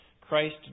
Christ